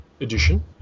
edition